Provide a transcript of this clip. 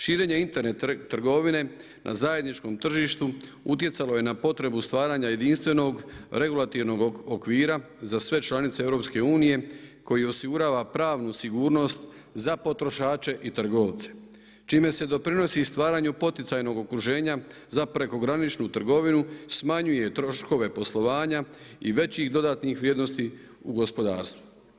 Širenje Internet trgovine na zajedničkom tržištu utjecalo je na potrebu stvaranja jedinstvenog regulativnog okvira za sve članice EU koji osigurava pravnu sigurnost za potrošače i trgovce, čime se doprinosi stvaranju poticajnog okruženja za prekograničnu trgovinu, smanjuje troškove poslovanja i većih dodatnih vrijednosti u gospodarstvu.